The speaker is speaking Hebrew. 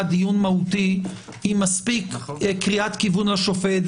דיון מהותי היא מספיק קריאת כיון לשופט,